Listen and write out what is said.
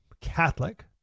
Catholic